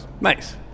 Nice